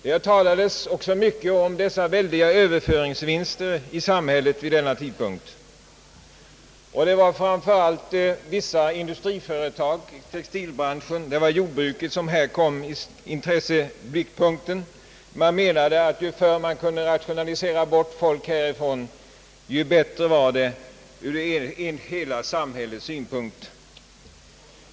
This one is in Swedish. Det talades också mycket om att samhället kunde göra väldiga överföringsvinster. Särskilt vissa företag inom textilbranschen och jordbruket kom i blickpunkten — man menade att ju förr folk kunde rationaliseras bort därifrån, desto bättre var det ur hela samhällets synpunkt.